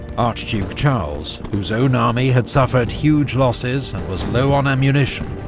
archduke charles, whose own army had suffered huge losses and was low on ammunition,